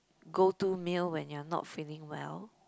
go to meal when you're not feeling well